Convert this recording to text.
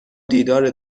دیدار